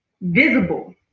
visible